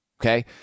Okay